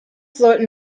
sollten